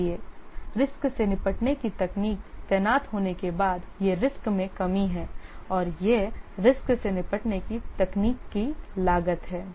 इसलिए रिस्क से निपटने की तकनीक तैनात होने के बाद यह रिस्क में कमी है और यह रिस्क से निपटने की तकनीक की लागत है